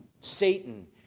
Satan